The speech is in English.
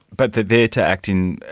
but they're there to act in,